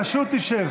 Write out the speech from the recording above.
פשוט תשב.